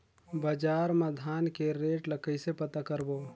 बजार मा धान के रेट ला कइसे पता करबो?